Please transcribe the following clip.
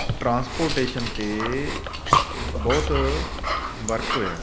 transportation ਤੇ ਬਹੁਤ work ਹੋਇਆ